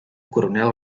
coronel